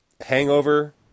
Hangover